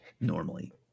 normally